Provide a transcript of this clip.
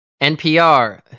NPR